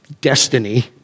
destiny